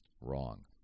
Wrong